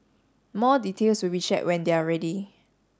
more details will be shared when they are ready